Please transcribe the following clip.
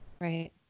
Right